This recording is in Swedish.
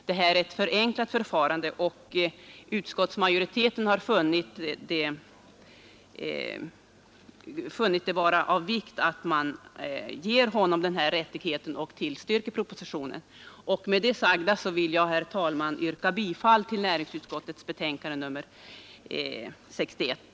Vad som nu föres är ett Utskottsmajoriteten har funnit det vara av vikt att man ger honom denna rättighet och tillstyrker propositionen. Med det sagda vill jag, herr talman, yrka bifall till näringsutskottets hemställan i betänkandet nr 61.